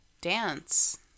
dance